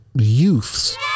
youths